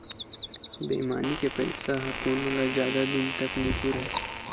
बेईमानी के पइसा ह कोनो ल जादा दिन तक नइ पुरय